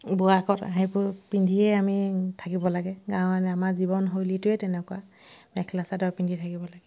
বোৱা কটা সেইবোৰ পিন্ধিয়ে আমি থাকিব লাগে গাঁৱত আমাৰ জীৱনশৈলীটোৱে তেনেকুৱা মেখেলা চাদৰ পিন্ধি থাকিব লাগে